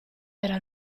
era